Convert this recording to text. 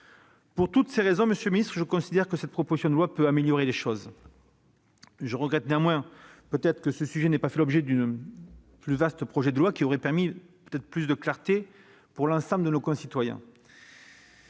Pour toutes ces raisons, monsieur le garde des sceaux, je considère que cette proposition de loi peut améliorer les choses. Je regrette néanmoins que ce sujet n'ait pas fait l'objet d'un plus vaste projet de loi, qui aurait peut-être offert plus de clarté à l'ensemble de nos concitoyens.